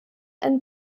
ein